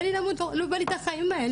בא לי למות, לא בא לי את החיים האלה.